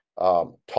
Talk